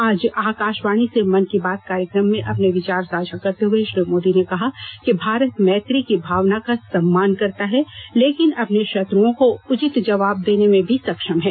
आज आकाशवाणी से मन की बात कार्यक्रम में अपने विचार साझा करते हुए श्री मोदी ने कहा कि भारत मैत्री की भावना का सम्मान करता है लेकिन अपने शत्रओं को उचित जवाब देने में भी सक्षम है